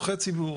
צרכי ציבור,